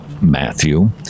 Matthew